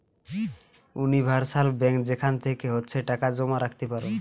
universal bank যেখান থেকে ইচ্ছে টাকা জমা রাখতে পারো